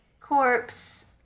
corpse